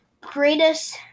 greatest